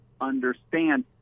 understand